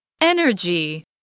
Energy